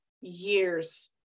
years